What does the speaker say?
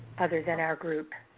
other than our group?